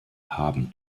haben